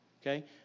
okay